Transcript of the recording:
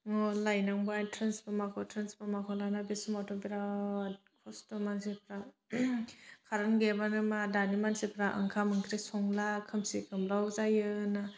लायनांबाय ट्रेन्सफरमाखौ ट्रेन्सफरमाखौ लायनाय बे समाव बिरात खस्थ मानसिफ्रा खारेन्ट गैयाबानो मा दानि मानसिफ्रा ओंखाम ओंख्रि संला खोमसि खोमलाव जायो होनो